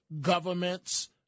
governments